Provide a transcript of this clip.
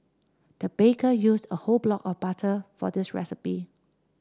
the baker used a whole block of butter for this recipe